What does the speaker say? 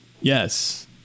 Yes